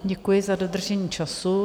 Děkuji za dodržení času.